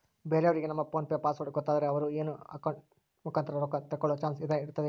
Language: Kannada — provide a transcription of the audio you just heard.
ಬೇರೆಯವರಿಗೆ ನಮ್ಮ ಫೋನ್ ಪೆ ಪಾಸ್ವರ್ಡ್ ಗೊತ್ತಾದ್ರೆ ಅವರು ನಮ್ಮ ಅಕೌಂಟ್ ಮುಖಾಂತರ ರೊಕ್ಕ ತಕ್ಕೊಳ್ಳೋ ಚಾನ್ಸ್ ಇರ್ತದೆನ್ರಿ ಸರ್?